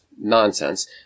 nonsense